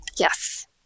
Yes